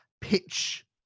pitch